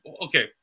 okay